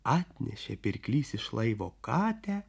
atnešė pirklys iš laivo katę